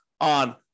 on